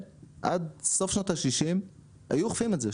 עד סוף שנות השישים היו אוכפים את זה,